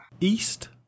East